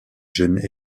jeunes